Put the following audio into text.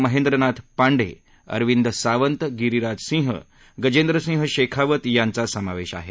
महेंद्रनाथ पांडे अरविंद सावंत गिरीराज सिंह गजेंद्रसिंह शेखावत यांचा समावेश आहे